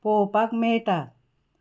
पळोवपाक मेळटा